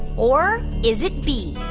or is it b,